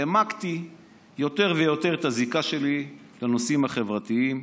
העמקתי יותר ויותר את הזיקה שלי לנושאים החברתיים,